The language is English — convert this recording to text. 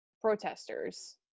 protesters